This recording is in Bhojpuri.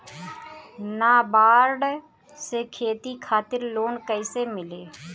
नाबार्ड से खेती खातिर लोन कइसे मिली?